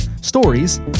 stories